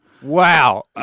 Wow